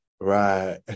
right